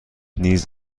نیز